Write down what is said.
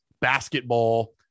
basketball